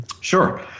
Sure